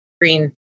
green